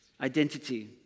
identity